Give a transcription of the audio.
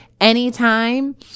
anytime